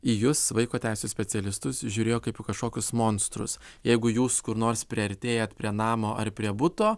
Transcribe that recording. į jus vaiko teisių specialistus žiūrėjo kaip į kažkokius monstrus jeigu jūs kur nors priartėjat prie namo ar prie buto